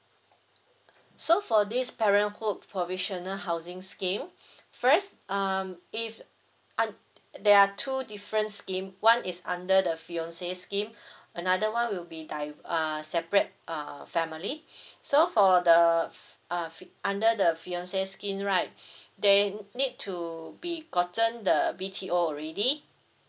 so for this parenthood provisional housing scheme first um if un~ there are two different scheme one is under the fiance scheme another one will be di~ err separate uh family so for the fi~ uh under the fiance scheme right they need to be gotten the B_T_O alredy